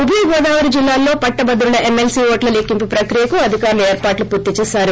ఉభయగోదావరి జిల్లాలో పట్టభద్రతుల ఎమ్మెల్సీ ఓట్ల లొక్కింపు ప్రక్రియకు అధికారులు ఏర్పాట్లు పూర్తి చేశారు